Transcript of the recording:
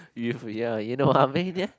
you ya you know what I mean ya